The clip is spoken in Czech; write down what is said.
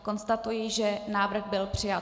Konstatuji, že návrh byl přijat.